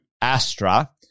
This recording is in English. Astra